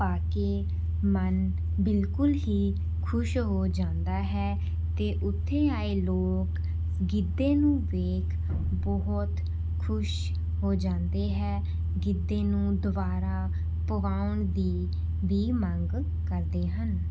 ਪਾ ਕੇ ਮਨ ਬਿਲਕੁਲ ਹੀ ਖੁਸ਼ ਹੋ ਜਾਂਦਾ ਹੈ ਅਤੇ ਉੱਥੇ ਆਏ ਲੋਕ ਗਿੱਧੇ ਨੂੰ ਵੇਖ ਬਹੁਤ ਖੁਸ਼ ਹੋ ਜਾਂਦੇ ਹੈ ਗਿੱਧੇ ਨੂੰ ਦੁਬਾਰਾ ਪਵਾਉਣ ਦੀ ਵੀ ਮੰਗ ਕਰਦੇ ਹਨ